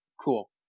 cool